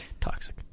Toxic